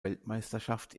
weltmeisterschaft